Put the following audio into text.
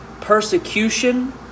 Persecution